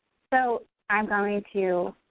so i'm going to